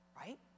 right